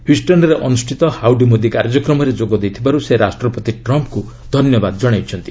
ହ୍ୟୁଷ୍ଟନ୍ରେ ଅନୁଷ୍ଠିତ 'ହାଉଡ଼ି ମୋଦି' କାର୍ଯ୍ୟକ୍ରମରେ ଯୋଗ ଦେଇଥିବାରୁ ସେ ରାଷ୍ଟ୍ରପତି ଟ୍ରମ୍ଫ୍ଙ୍କୁ ଧନ୍ୟବାଦ ଜଣାଇଛନ୍ତି